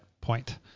point